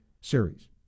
series